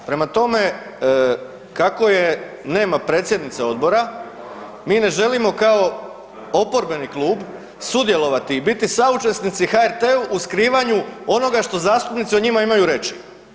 Prema tome, kako nema predsjednice odbora, mi ne želimo kao oporbeni klub sudjelovati i biti saučesnici HRT-u u skrivanju onoga što zastupnici o njima imaju reći.